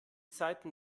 seiten